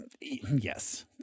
Yes